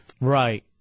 Right